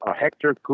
Hector